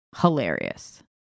hilarious